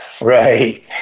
Right